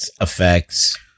effects